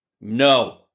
No